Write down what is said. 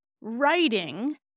writing